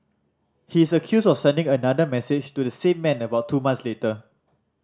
he is accused of sending another message to the same man about two month later